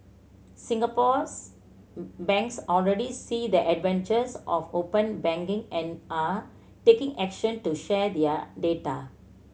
Singapore's banks already see the advantages of open banking and are taking action to share their data